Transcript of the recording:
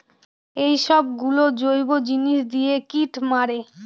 এইসব গুলো জৈব জিনিস দিয়ে কীট মারে